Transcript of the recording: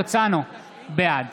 בעד